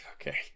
Okay